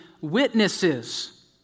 witnesses